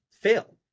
fail